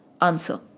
answer